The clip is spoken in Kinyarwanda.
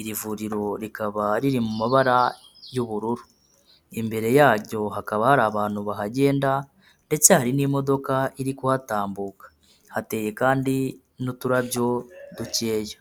iri vuriro rikaba riri mu mabara y'ubururu, imbere yaryo hakaba hari abantu bahagenda ndetse hari n'imodoka iri kuhatambuka, hateye kandi n'uturabyo dukeya.